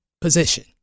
position